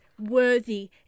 worthy